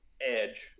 edge